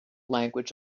language